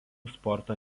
sporto